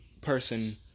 person